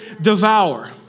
devour